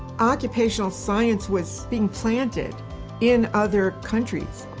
occupational science was being planted in other countries,